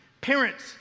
parents